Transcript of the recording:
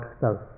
self